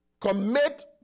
commit